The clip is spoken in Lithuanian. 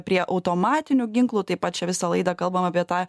prie automatinių ginklų taip pat čia visą laidą kalbam apie tą